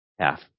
Half